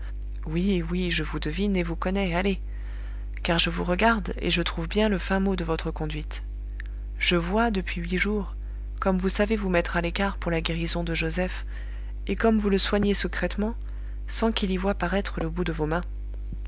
oui oui je vous devine et vous connais allez car je vous regarde et je trouve bien le fin mot de votre conduite je vois depuis huit jours comme vous savez vous mettre à l'écart pour la guérison de joseph et comme vous le soignez secrètement sans qu'il y voie paraître le bout de vos mains